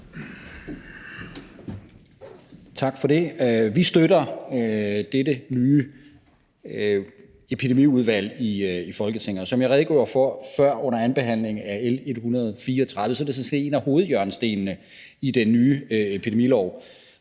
Tak for det. Vi støtter dette nye Epidemiudvalg i Folketinget. Og som jeg redegjorde for før under anden behandling af L 134, er det sådan set en af hovedhjørnestenene i den nye epidemilov.